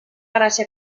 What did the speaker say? gràcia